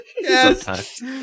Yes